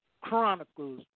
Chronicles